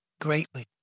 greatly